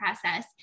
process